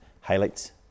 highlights